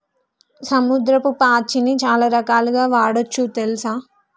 సముద్రపు పాచిని చాలా రకాలుగ వాడొచ్చు తెల్సా